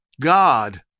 God